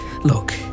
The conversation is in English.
Look